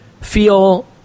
feel